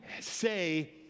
say